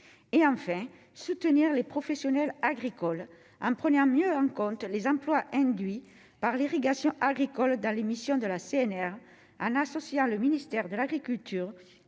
et enfin soutenir les professionnels agricoles en première mieux en compte les emplois induits par l'irrigation agricole, dans l'émission de la CNR, en associant le ministère de l'agriculture